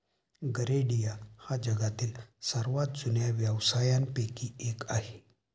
गरेडिया हा जगातील सर्वात जुन्या व्यवसायांपैकी एक आहे